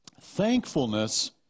thankfulness